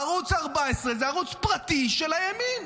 ערוץ 14 הוא ערוץ פרטי של הימין.